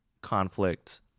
conflict